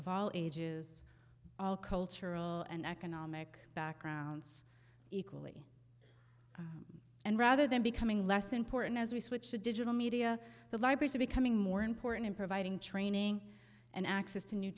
of all ages all cultural and economic backgrounds equally and rather than becoming less important as we switch to digital media the libraries are becoming more important in providing training and access to new